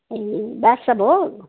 ए बादसाह भोग